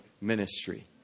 ministry